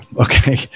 Okay